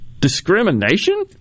discrimination